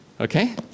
Okay